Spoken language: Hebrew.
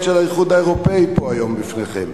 של האיחוד האירופי פה היום בפניכם.